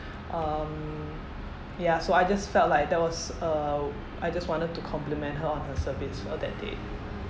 um ya so I just felt like that was uh I just wanted to compliment her on her service for that day